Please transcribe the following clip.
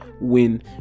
win